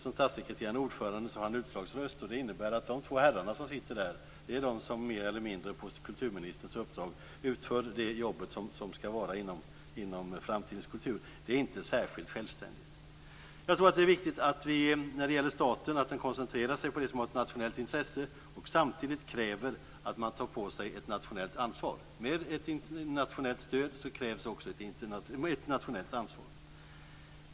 Som statssekreterare och ordförande har de utslagsröst, och det innebär att de två herrarna som sitter där är de som mer eller mindre på kulturministerns uppdrag utför det jobbet som skall vara inom Framtidens kultur. Det är inte särskilt självständigt. Det är viktigt när det gäller staten att man koncentrerar sig på det som är av nationellt intresse och samtidigt kräver att man tar på sig ett nationellt ansvar. Med ett internationellt stöd krävs också ett internationellt ansvar.